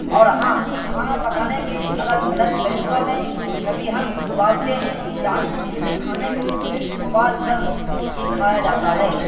اور ہاں کھانا پکانے کے الگ الگ طریقوں میں کبھی ہم ابالتے ہیں یعنی کسی کھانے کو صرف ابال کر ہی کھایا جاتا ہے